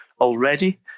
already